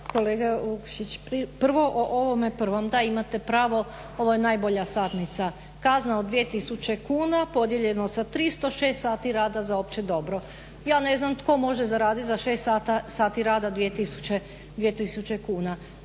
Kolega Vukšić, prvo o ovome prvom. Da, imate pravo ovo je najbolja satnica. Kazna od 2 tisuće kuna podijeljeno sa 300, 6 sati rada za opće dobro. Ja ne znam tko može zaraditi za 6 sati rada 2 tisuće kuna.